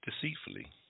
deceitfully